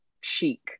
chic